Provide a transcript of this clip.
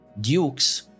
dukes